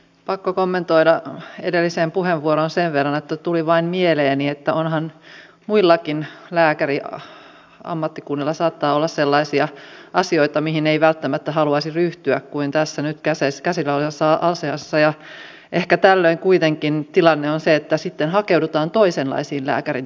pakko kommentoida edelliseen puheenvuoroon liittyen sen verran että tuli vain mieleeni että muillakin lääkäriammattikunnilla saattaa olla sellaisia asioita kuin tämä nyt käsillä oleva asia mihin ei välttämättä haluaisi ryhtyä kuin tässä nyt jo seiska sidonnassa on se ja ehkä tällöin kuitenkin tilanne on se että sitten hakeudutaan toisenlaisiin lääkärin tehtäviin